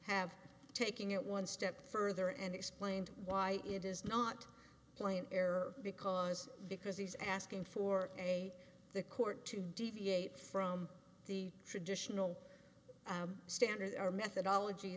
have taking it one step further and explained why it does not play an error because because he's asking for a the court to deviate from the traditional standards our methodology